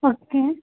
okay